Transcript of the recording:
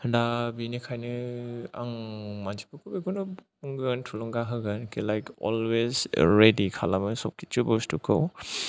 दा बेनिखायनो आं मानसिफोरखौ बेखौनो बुंगोन थुलुंगा होगोन कि लाइक अलवेस रेदि खालामो गासैबो बस्तुखौ